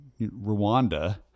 Rwanda